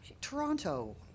Toronto